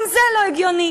גם זה לא הגיוני.